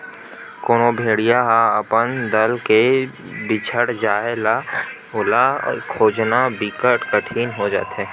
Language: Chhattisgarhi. कोनो भेड़िया ह अपन दल ले बिछड़ जाथे त ओला खोजना बिकट कठिन हो जाथे